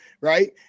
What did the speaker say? right